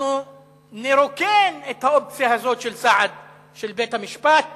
אנחנו נרוקן את האופציה הזאת של סעד של בית-המשפט